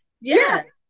Yes